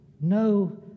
no